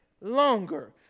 longer